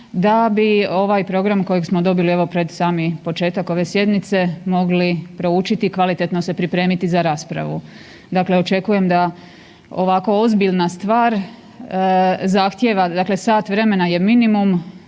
da bi ovaj program kojeg smo dobili evo pred sami početak ove sjednice mogli proučiti i kvalitetno se pripremiti za raspravu. Dakle, očekujem da ovako ozbiljna stvar zahtjeva, dakle sat vremena je minimum